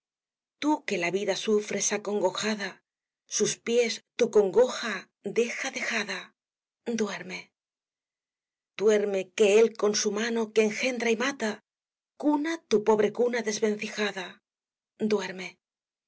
tú que la vida sufres acongojada sus pies tu congoja deja dejada duerme duerme que él con su mano que engendra y mata íuna tu pobre cuna desvencijada duerme